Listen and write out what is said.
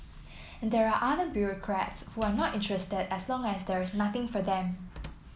and there're other bureaucrats who are not interested as long as there is nothing for them